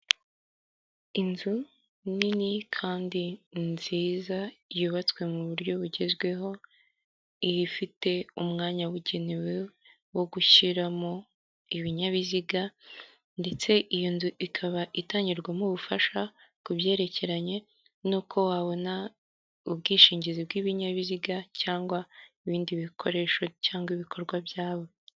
Inzu nini kandi nziza, yubatswe mu buryo bugezweho, ifite umwanya wabugenewe wo gushyiramo ibinyabiziga, ndetse iyo nzu ikaba itangirwamo ubufasha, ku byerekeranye n'uko wabona ubwishingizi bw'ibinyabiziga, cyangwa ibindi bikoresho, cyangwa ibikorwa byabo.